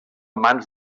mans